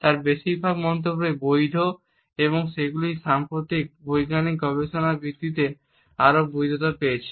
তার বেশিরভাগ মন্তব্যই বৈধ এবং সেগুলি সাম্প্রতিক বৈজ্ঞানিক গবেষণার ভিত্তিতে আরও বৈধতা পেয়েছে